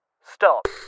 Stop